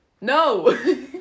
no